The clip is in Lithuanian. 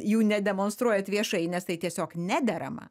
jų nedemonstruojat viešai nes tai tiesiog nederama